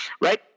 right